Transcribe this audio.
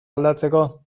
aldatzeko